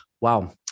wow